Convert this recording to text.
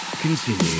continue